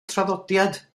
traddodiad